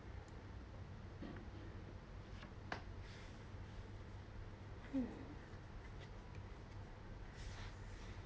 mm